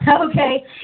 Okay